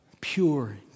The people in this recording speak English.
pure